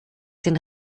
den